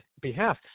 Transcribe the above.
behalf